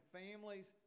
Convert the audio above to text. families